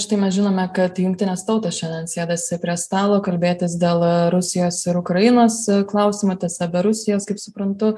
štai mes žinome kad jungtinės tautos šiandien sėdasi prie stalo kalbėtis dėl rusijos ir ukrainos klausimą tiesa be rusijos kaip suprantu